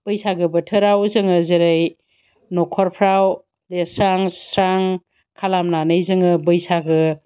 बैसागो बोथोराव जोङो जेरै नखरफ्राव लोबस्रां सुस्रां खालामनानै जोङो बैसागो